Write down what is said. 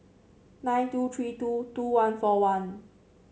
nine two three two two one four one